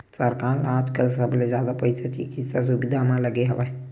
सरकार ल आजकाल सबले जादा पइसा चिकित्सा सुबिधा म लगे हवय